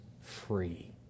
free